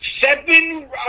seven